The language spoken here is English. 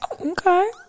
Okay